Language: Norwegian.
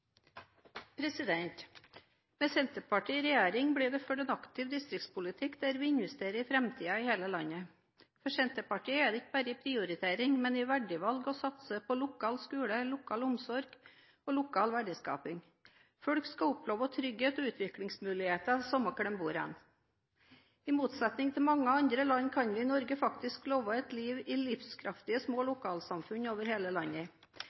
omme. Med Senterpartiet i regjering blir det ført en aktiv distriktspolitikk der vi investerer for framtiden i hele landet. For Senterpartiet er det ikke bare en prioritering, men et verdivalg å satse på lokal skole, lokal omsorg og lokal verdiskaping. Folk skal oppleve trygghet og utviklingsmuligheter, uansett hvor de bor. I motsetning til i mange andre land kan vi i Norge faktisk leve et liv i livskraftige, små lokalsamfunn over hele landet.